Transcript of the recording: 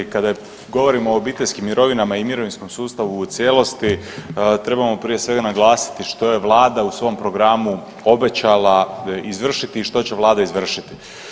Kada govorimo o obiteljskim mirovinama i mirovinskom sustavu u cijelosti trebamo prije svega naglasiti što je Vlada u svom programu obećala izvršiti i što će Vlada izvršiti.